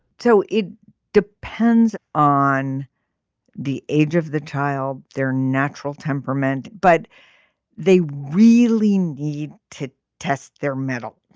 so it depends on the age of the child their natural temperament but they really need to test their mettle.